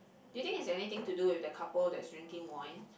you think is anything to do with the couple that's drinking wine